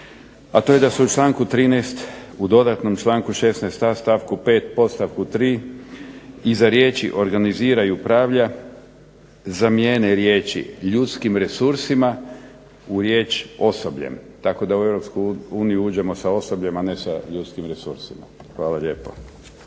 a to je da se u članku 13. u dodatnom članku 16a stavku 5. podstavku 3. iza riječi organizira i upravlja zamijene riječi ljudskim resursima u riječ osoblje. Tako da u EU uđemo sa osobljem, a ne sa ljudskim resursima. Hvala lijepo.